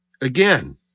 Again